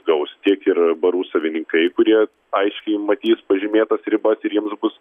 gaus tiek ir barų savininkai kurie aiškiai matys pažymėtas ribas ir jiems bus